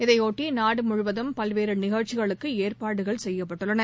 இதையொட்டி நாடு முழுவதும் பல்வேறு நிகழ்ச்சிகளுக்கு ஏற்பாடுகள் செய்யப்பட்டுள்ளன